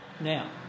Now